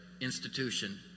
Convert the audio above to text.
Institution